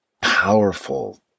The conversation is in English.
powerful